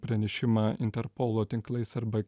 pranešimą interpolo tinklais arba